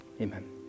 Amen